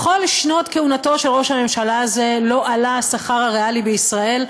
בכל שנות כהונתו של ראש הממשלה הזה לא עלה השכר הריאלי בישראל,